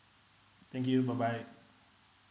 thank you bye bye